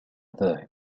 ذاهب